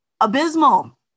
abysmal